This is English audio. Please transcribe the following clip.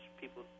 people